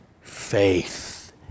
faith